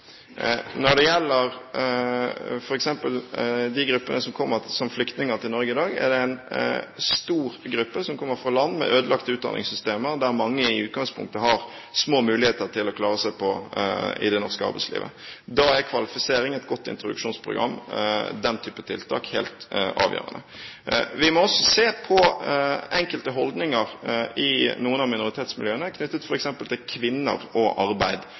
Når det gjelder f.eks. de gruppene som kommer som flyktninger til Norge i dag, er det en stor gruppe som kommer fra land med ødelagte utdanningssystemer, der mange i utgangspunktet har små muligheter til å klare seg i det norske arbeidslivet. Da er kvalifisering et godt introduksjonsprogram. Den type tiltak er helt avgjørende. Vi må også se på enkelte holdninger i noen av minoritetsmiljøene knyttet f.eks. til kvinner og arbeid,